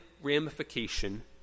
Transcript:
ramification